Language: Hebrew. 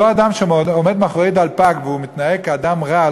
אותו אדם שעומד מאחורי דלפק והוא מתנהג כאדם רע,